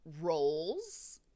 roles